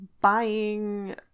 buying